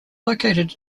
located